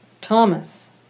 Thomas